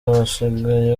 basigaye